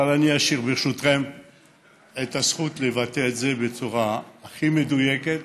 אבל ברשותכם אני אשאיר את הזכות לבטא את זה בצורה הכי מדויקת